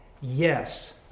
Yes